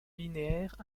linéaire